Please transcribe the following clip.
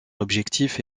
objectif